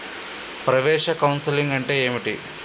ప్రవేశ కౌన్సెలింగ్ అంటే ఏమిటి?